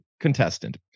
contestant